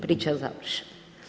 Priča završena.